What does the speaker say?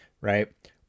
Right